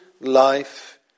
life